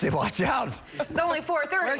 said watch out so like for.